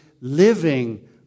living